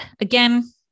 Again